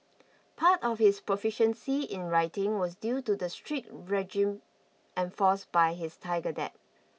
part of his proficiency in writing was due to the strict regime enforced by his tiger dad